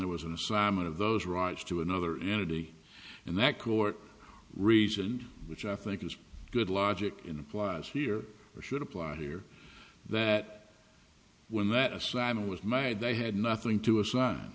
there was an assignment of those rights to another entity in that court reason which i think is good logic in applies here or should apply here that when that assignment was made they had nothing to assign